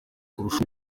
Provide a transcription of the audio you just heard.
akurusha